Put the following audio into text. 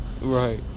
Right